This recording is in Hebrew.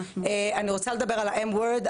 אני רוצה לדבר על ה-M WORD,